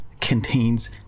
contains